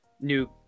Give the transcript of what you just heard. new